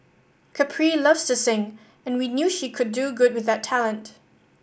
Capri loves to sing and we knew she could do good with that talent